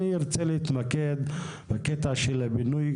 אני רוצה להתמקד בקטע של הבינוי.